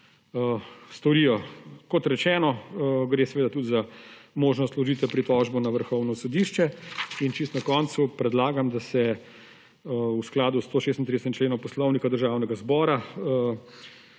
storijo. Kot rečeno, gre seveda tudi za možnost vložitve pritožbe na Vrhovno sodišče. Čisto na koncu predlagam, da se v skladu s 136. členom Poslovnika Državnega zbora